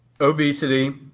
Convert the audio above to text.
obesity